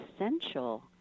essential